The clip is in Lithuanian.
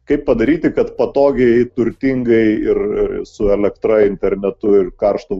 kaip padaryti kad patogiai turtingai ir su elektra internetu ir karštu